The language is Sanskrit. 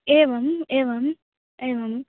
एवम् एवम् एवम्